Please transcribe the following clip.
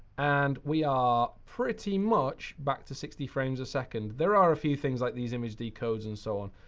and we are, pretty much, back to sixty frames a second. there are few things like these image decodes and so on.